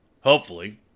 Hopefully